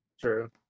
True